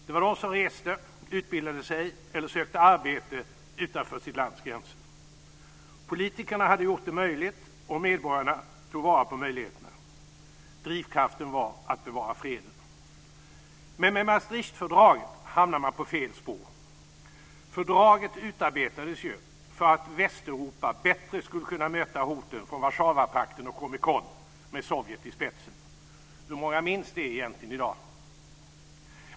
Det var de som reste, utbildade sig eller sökte arbete utanför sitt lands gränser. Politikerna hade gjort det möjligt, och medborgarna tog vara på möjligheterna. Drivkraften var att bevara freden. Men med Maastrichtfördraget hamnade man på fel spår. Fördraget utarbetades ju för att Västeuropa bättre skulle kunna möta hoten från Warszawapakten och Comecon, med Sovjet i spetsen. Hur många minns egentligen det i dag?